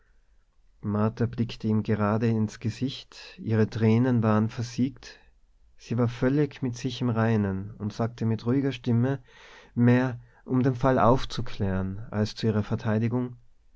blickte ihm gerade ins gesicht ihre tränen waren versiegt sie war völlig mit sich im reinen und sagte mit ruhiger stimme mehr um den fall aufzuklären als zu ihrer verteidigung